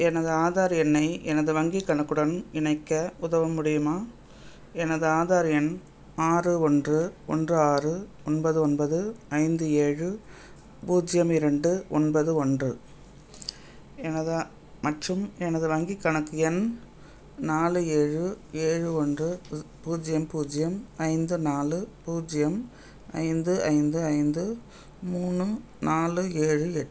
எனது ஆதார் எண்ணை எனது வங்கிக் கணக்குடன் இணைக்க உதவ முடியுமா எனது ஆதார் எண் ஆறு ஒன்று ஒன்று ஆறு ஒன்பது ஒன்பது ஐந்து ஏழு பூஜ்யம் இரண்டு ஒன்பது ஒன்று எனது மற்றும் எனது வங்கிக் கணக்கு எண் நாலு ஏழு ஏழு ஒன்று புஸ் பூஜ்யம் பூஜ்யம் ஐந்து நாலு பூஜ்யம் ஐந்து ஐந்து ஐந்து மூணு நாலு ஏழு எட்டு